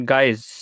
Guys